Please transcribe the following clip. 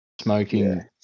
Smoking